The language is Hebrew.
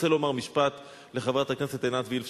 אני רוצה לומר משפט לחברת הכנסת עינת וילף,